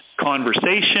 conversation